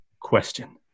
question